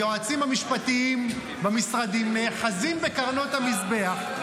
היועצים המשפטיים במשרדים נאחזים בקרנות המזבח.